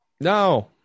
No